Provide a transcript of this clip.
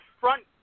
front –